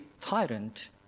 tyrant